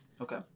Okay